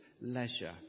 leisure